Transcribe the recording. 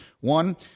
one